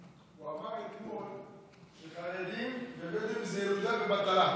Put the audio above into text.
הוא אמר אתמול שחרדים ובדואים זה ילודה ובטלה.